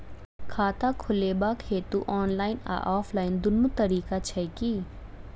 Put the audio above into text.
खाता खोलेबाक हेतु ऑनलाइन आ ऑफलाइन दुनू तरीका छै की?